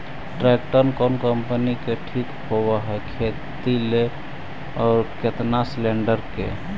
Tractor कोन company के ठीक होब है खेती ल औ केतना सलेणडर के?